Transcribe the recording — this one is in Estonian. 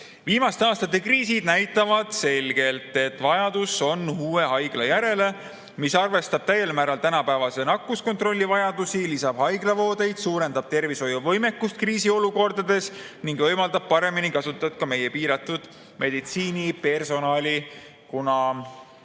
Viimaste aastate kriisid näitavad selgelt, et on vaja uut haiglat, mis arvestab täiel määral tänapäevase nakkuskontrolli vajadusi, lisab haiglavoodeid, suurendab tervishoiu võimekust kriisiolukordades ning võimaldab paremini kasutada ka meie piiratud meditsiinipersonali, kuna